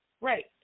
right